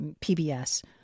PBS